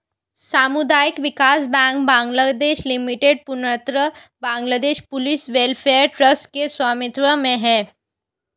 सामुदायिक विकास bank Bangladesh limited पूर्णतः बांग्लादेश पुलिस वेलफेयर ट्रस्ट के स्वामित्व में है